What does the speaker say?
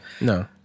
No